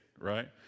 right